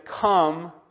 come